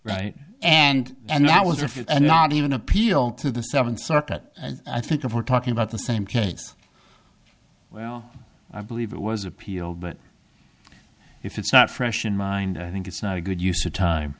right and and that was refused and not even appealed to the seventh circuit i think if we're talking about the same case well i believe it was appealed but if it's not fresh in mind i think it's not a good use of time